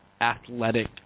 athletic